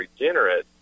regenerate